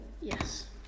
Yes